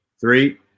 three